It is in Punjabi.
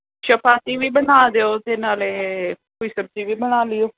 ਚਪਾਤੀ ਵੀ ਬਣਾ ਦਿਓ ਅਤੇ ਨਾਲੇ ਕੋਈ ਸਬਜ਼ੀ ਵੀ ਬਣਾ ਲਿਓ